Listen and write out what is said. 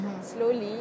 slowly